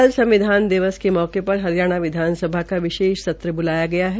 कल संविधान दिवस के अवसर पर हरियाणा विधानसभा का विशेष सत्र ब्लाया गया है